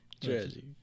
Jersey